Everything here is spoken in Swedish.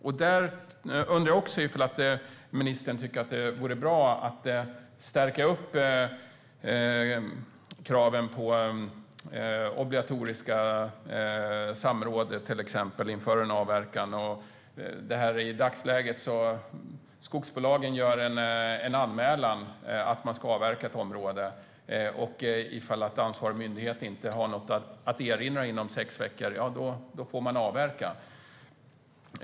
Jag undrar om ministern tycker att det vore bra att stärka kraven på till exempel obligatoriska samråd inför avverkning. I dagsläget är det så att skogsbolagen gör en anmälan om att man ska avverka ett område. Om ansvarig myndighet inte har något att erinra inom sex veckor får man avverka.